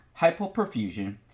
hypoperfusion